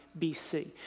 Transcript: BC